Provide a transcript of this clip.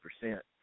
percent